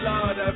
Lord